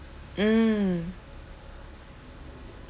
mm